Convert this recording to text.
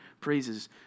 praises